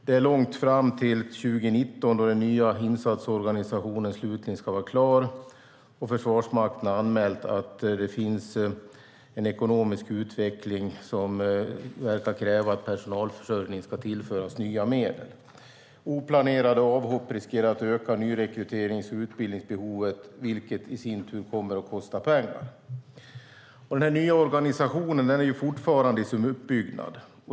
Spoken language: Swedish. Det är lång tid kvar till 2019, då den nya insatsorganisationen slutligen ska vara klar, och Försvarsmakten har anmält att det finns en ekonomisk utveckling som verkar kräva att personalförsörjningen ska tillföras nya medel. Oplanerade avhopp riskerar att öka nyrekryterings och utbildningsbehovet, vilket i sin tur kommer att kosta pengar. Den nya organisationen är fortfarande i sin uppbyggnad.